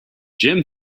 jim